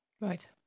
Right